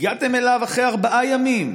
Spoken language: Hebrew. הגעתם אליו אחרי ארבעה ימים,